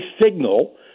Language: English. signal